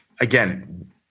again